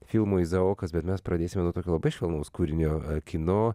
filmu izaokas bet mes pradėsime nuo tokio labai švelnaus kūrinio kino